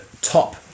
Top